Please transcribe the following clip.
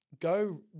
go